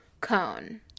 cone